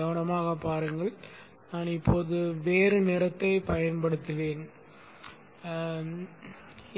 கவனமாகப் பாருங்கள் நான் இப்போது வேறு நிறத்தைப் பயன்படுத்துவேன்